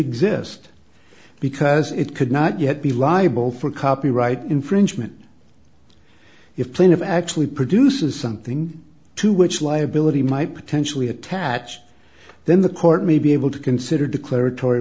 exist because it could not yet be liable for copyright infringement if clean of actually produces something to which liability might potentially attach then the court may be able to consider declarator